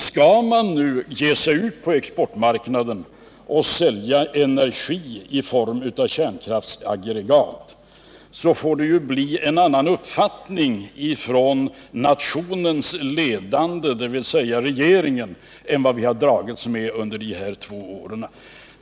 Skall vi nu ge oss ut på exportmarknaden och sälja energi i form av kärnkraftsaggregat, måste det emellertid bli en annan uppfattning hos nationens ledande, dvs. regeringen, än vi har dragits med under dessa två år.